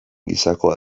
gisakoa